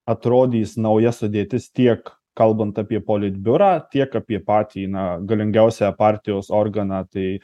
atrodys nauja sudėtis tiek kalbant apie politbiurą tiek apie patį na galingiausią partijos organą tai